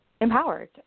empowered